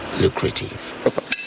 lucrative